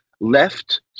left